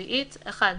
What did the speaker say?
רביעית (סעיף 1)